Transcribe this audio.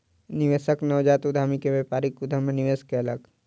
निवेशक नवजात उद्यमी के व्यापारिक उद्यम मे निवेश कयलक